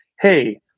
hey